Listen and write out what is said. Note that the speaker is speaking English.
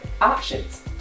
options